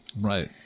Right